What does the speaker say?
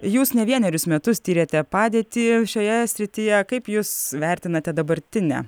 jūs ne vienerius metus tyrėte padėtį šioje srityje kaip jūs vertinate dabartinę